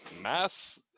mass